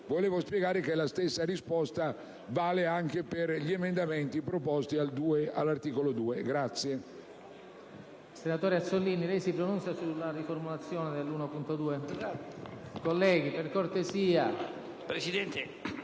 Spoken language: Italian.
desidero spiegare che la stessa risposta vale anche per gli emendamenti proposti all'articolo 2.